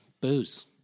booze